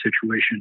situation